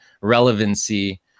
relevancy